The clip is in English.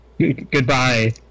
Goodbye